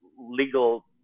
legal